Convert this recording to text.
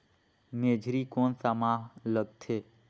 मेझरी कोन सा माह मां लगथे